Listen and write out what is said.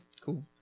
Cool